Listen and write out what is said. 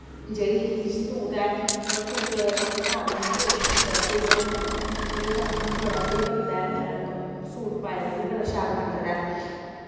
जेह्ड़ी सूट ऐ होर सूट कपड़ा नार्मल बी होए ते सूट बड़ा स्हेई बनदा ऐ उ'दे कन्नै सानूं बड़ा स्हेई लगदा ऐ कप सूट पाए दा बी बड़ा शैल बंकदा ऐ